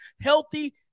healthy